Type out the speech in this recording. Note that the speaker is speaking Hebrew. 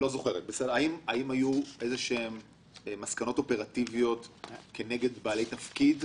אנו ערים לשינויים בחוק במשך